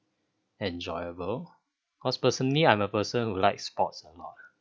enjoyable cause personally I'm a person who like sports a lot